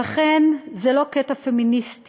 לכן, זה לא קטע פמיניסטי.